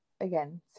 again